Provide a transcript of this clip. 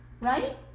right